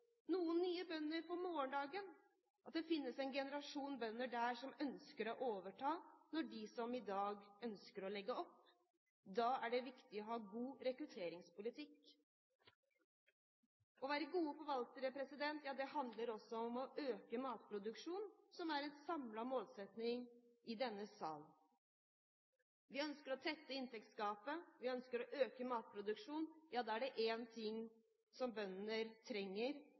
noen nye bønder for morgendagen – at det finnes en generasjon bønder som ønsker å overta når de som driver i dag, ønsker å legge opp. Da er det viktig å ha god rekrutteringspolitikk. Å være gode forvaltere handler også om å øke matproduksjonen, som er en samlet målsetning i denne sal. Vi ønsker å tette inntektsgapet, vi ønsker å øke matproduksjonen. Da er det én ting bønder trenger – det er jorda som bøndene